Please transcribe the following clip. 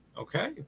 okay